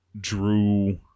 drew